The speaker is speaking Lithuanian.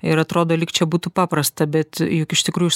ir atrodo lyg čia būtų paprasta bet juk iš tikrųjų iš